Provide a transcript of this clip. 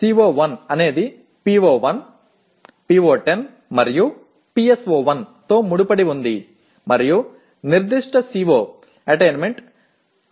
CO1 అనేది PO1 PO10 మరియు PSO1 తో ముడిపడి ఉంది మరియు నిర్దిష్ట CO అటైన్మెంట్ 62